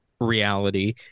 reality